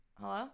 Hello